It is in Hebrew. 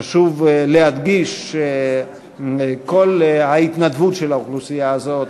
חשוב להדגיש את כל ההתנדבות של האוכלוסייה הזאת.